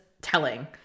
telling